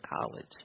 college